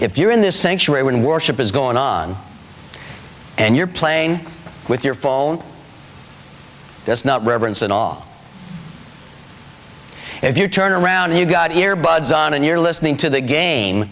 if you're in this sanctuary when worship is going on and you're playing with your full there's not reverence at all if you turn around and you've got ear buds on and you're listening to the game